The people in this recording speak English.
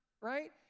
right